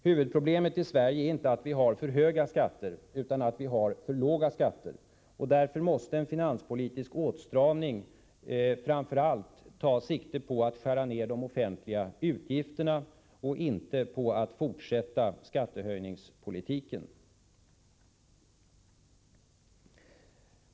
Huvudproblemet i Sverige är inte att vi har för låga skatter utan att vi har för höga skatter. Därför måste en finanspolitisk åtstramning framför allt ta sikte på att skära ned de offentliga utgifterna, inte på att fortsätta skattehöjningspolitiken.